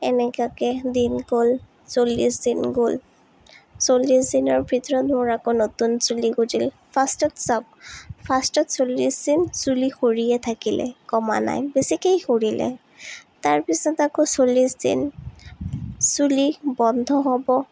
এনেকুৱাকৈ দিন গ'ল চল্লিছ দিন গ'ল চল্লিছ দিনৰ ভিতৰত মোৰ আকৌ নতুন চুলি গজিল ফাৰ্ষ্টত চাওক ফাৰ্ষ্টত চল্লিছ দিন চুলি সৰিয়ে থাকিলে কমা নাই বেছিকেই সৰিলে তাৰপিছত আকৌ চল্লিছ দিন চুলি বন্ধ হ'ব